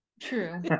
true